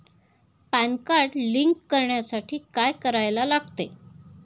Pan card link करण्यासाठी काय करायला लागते?